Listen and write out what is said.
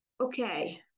okay